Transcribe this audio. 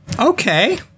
Okay